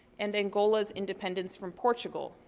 and angola's independence from portugal,